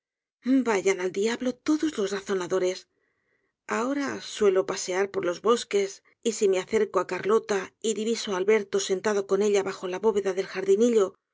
vayan al diablo todos los razonadores ahora suelo pasear por los bosques y si me acerco á carlota y diviso á alberto sentado con ella bajo la bóveda del